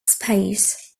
space